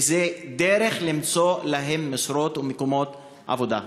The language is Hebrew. וזאת דרך למצוא להם משרות ומקומות עבודה.